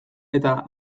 eta